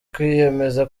kwiyemeza